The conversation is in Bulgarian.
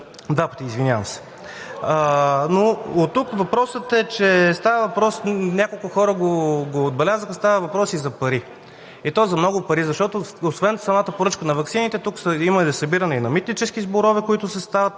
два пъти, извинявам се. Оттук въпросът е, че става въпрос – няколко хора го отбелязаха, и за пари, и то за много пари. Защото освен самата поръчка на ваксините тук има и събиране на митнически сборове, които стават